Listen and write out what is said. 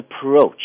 approach